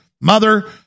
mother